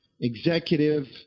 executive